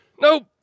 Nope